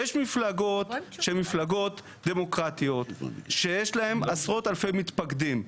יש מפלגות שהן מפלגות דמוקרטיות שיש להם עשרות אלפי מתפקדים.